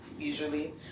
usually